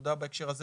ותודה בהקשר הזה,